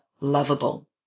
lovable